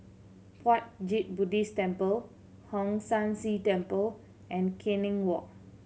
Puat Jit Buddhist Temple Hong San See Temple and Canning Walk